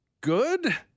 Good